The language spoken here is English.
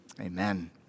Amen